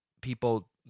people